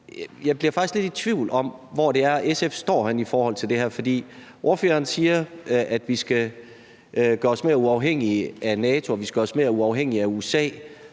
lidt i tvivl om, hvor det er, SF står i forhold til det her, fordi ordføreren siger, at vi skal gøre os mere uafhængige af NATO, og at